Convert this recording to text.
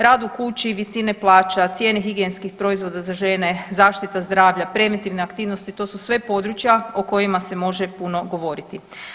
Rad u kući, visine plaća, cijene higijenskih proizvoda za žene, zaštita zdravlja, preventivne aktivnosti, to su sve područja o kojima se može puno govoriti.